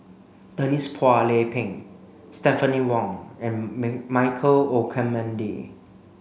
Denise Phua Lay Peng Stephanie Wong and Michael Olcomendy